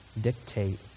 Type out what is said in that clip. dictate